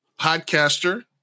podcaster